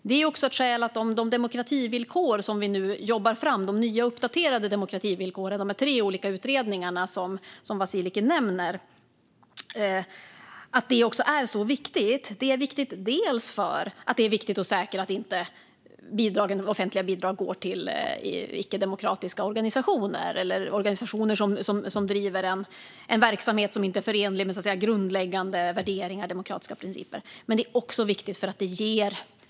Det är också ett skäl till att det är så viktigt med de uppdaterade demokrativillkor som vi nu jobbar fram - det handlar om de tre olika utredningarna, som Vasiliki nämner. Detta är viktigt för att säkra att offentliga bidrag inte går till icke-demokratiska organisationer eller organisationer som driver en verksamhet som inte är förenlig med grundläggande värderingar och demokratiska principer.